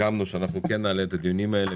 סיכמנו שאנחנו כן נעלה את הדיונים האלה,